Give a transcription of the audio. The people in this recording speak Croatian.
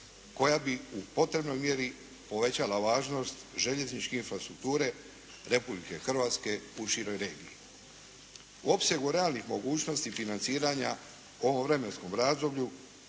koja bi u potrebnoj mjeri povećala važnost željezničke infrastrukture Republike Hrvatske u široj regiji. U opsegu realnih mogućnosti financiranja u ovom vremenskom razdoblju